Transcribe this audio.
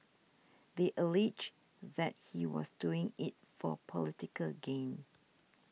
they alleged that he was doing it for political gain